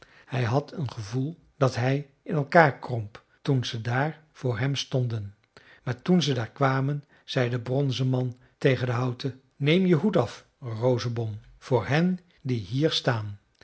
hij had een gevoel dat hij in elkaar kromp toen ze daar voor hem stonden maar toen ze daar kwamen zei de bronzen man tegen den houten neem je hoed af rosenbom voor hen die hier staan